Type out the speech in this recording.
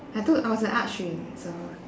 I took I was in arts stream so